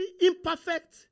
imperfect